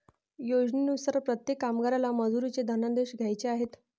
योजनेनुसार प्रत्येक कामगाराला मजुरीचे धनादेश द्यायचे आहेत